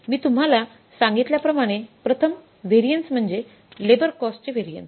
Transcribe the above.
मी तुम्हाला सांगितल्याप्रमाणे प्रथम व्हॅरियन्स म्हणजे लेबर कॉस्टचे व्हॅरियन्स